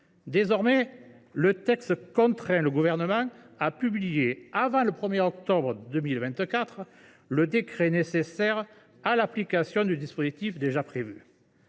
Désormais, le texte contraint le Gouvernement à publier, avant le 1 octobre 2024, le décret nécessaire à l’application du dispositif déjà prévu.